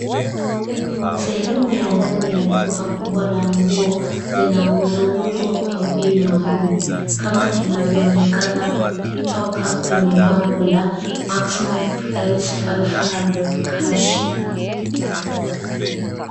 Sehemu ya ndani ya duka kubwa la nguo, zinazouzwa kwa bei maalumu, kama inavyoonekana kutoka kwenye bango la maximum price 500 cash .